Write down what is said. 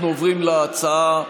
אנחנו עוברים להצעה השנייה,